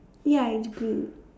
ya I agree